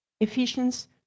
Ephesians